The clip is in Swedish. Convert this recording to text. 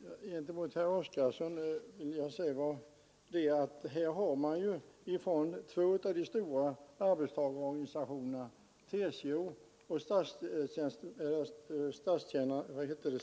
Herr talman! Gentemot herr Oskarson vill jag framhålla att två av de stora arbetstagarorganisationerna, TCO och